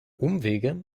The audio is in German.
umwege